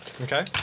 Okay